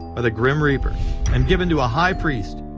by the grim reaper and given to a high priest.